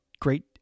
great